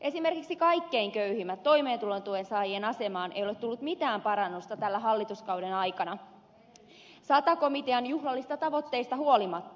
esimerkiksi kaikkein köyhimpien toimeentulotuensaajien asemaan ei ole tullut mitään parannusta tämän hallituskauden aikana sata komitean juhlallisista tavoitteista huolimatta